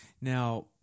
Now